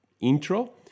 intro